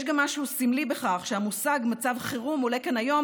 יש גם משהו סמלי בכך שהמושג מצב חירום עולה כאן היום